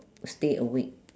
stay awake